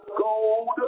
gold